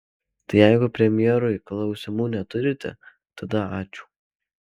tai jeigu premjerui klausimų neturite tada ačiū